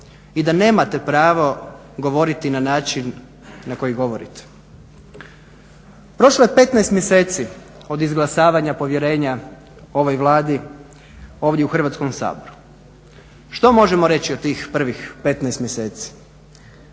i da nemate pravo govoriti na način na koji govorite. Prošlo je 15 mjeseci od izglasavanja povjerenja ovoj Vlade ovdje u Hrvatskom saboru. što možemo reći o tih prvih 15 mjeseci?